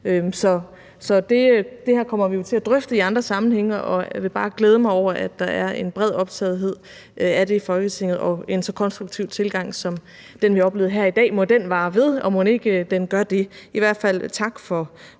Så det her kommer vi til at drøfte i andre sammenhænge, og jeg vil bare glæde mig over, at der er en bred optagethed af det i Folketinget og en så konstruktiv tilgang til det som den, vi har oplevet her i dag. Må den vare ved, og mon ikke også den gør det? Tak for